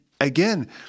again